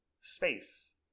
Space